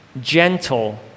Gentle